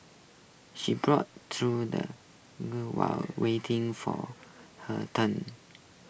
she browsed through the while waiting for her turn